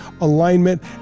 alignment